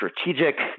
strategic